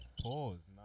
pause